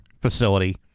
facility